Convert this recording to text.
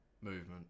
movement